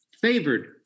favored